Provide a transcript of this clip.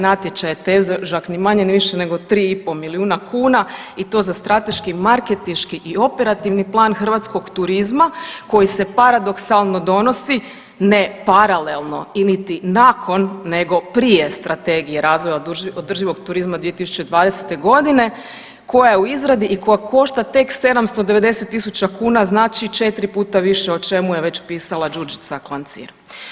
Natječaj je težak ni manje ni više nego 3,5 milijuna kuna i to za strateški marketinški i operativni plan hrvatskog turizma koji se paradoksalno donosi, ne paralelno iliti nakon nego prije Strategije razvoja održivog turizma 2020.g. koja je u izradi i koja košta tek 790.000 kuna, znači 4 puta više, o čemu je već pisala Đurđica Klancir.